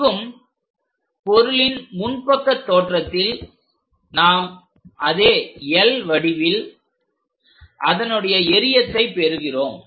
இங்கும் பொருளின் முன்பக்க தோற்றத்தில் நாம் அதே L வடிவில் அதனுடைய எறியத்தை பெறுகிறோம்